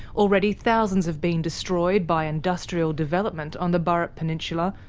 already, thousands have been destroyed by industrial development on the burrup peninsula,